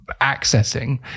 accessing